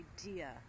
idea